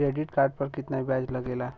Credit card पर कितना ब्याज लगेला?